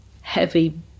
heavy